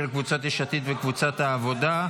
של קבוצת יש עתיד וקבוצת העבודה.